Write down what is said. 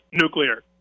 nuclear